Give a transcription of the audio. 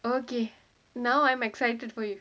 okay now I'm excited for you